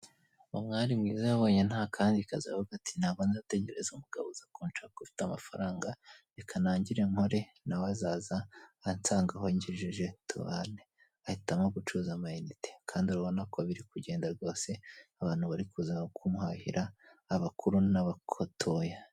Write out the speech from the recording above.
Umwari mwiza yabonye ntakandi kazi aravuga ati ntago ndategereza umugabo uza kunshaka ufite amafaranga reka ntangire nkore nawe azaza ansanga aho ngejeje tubane. Ahitamo gucuruza amayinite kandi urabona ko biri kugenda rwose abantu bari kuza kumuhahira abakuru n'abatoya.